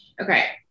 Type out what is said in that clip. okay